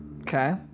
okay